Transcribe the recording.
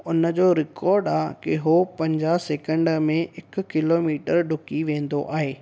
उनजो रिकॉड आहे की उहो पंजाहु सैकंड में हिकु किलोमीटर डुकी वेंदो आहे